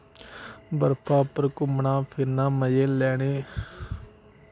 बर्फा उप्पर घूमना फिरना मजे लैने